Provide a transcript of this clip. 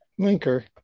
Linker